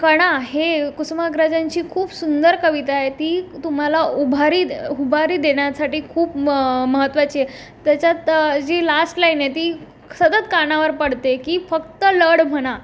कणा हे कुसुमाग्रजांची खूप सुंदर कविता आहे ती तुम्हाला उभारी उभारी देण्यासाठी खूप म महत्त्वाची आहे त्याच्यात जी लास्ट लाईन आहे ती सतत कानावर पडते की फक्त लढ म्हणा